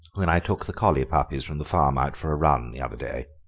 when i took the collie puppies from the farm out for a run the other day.